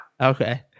Okay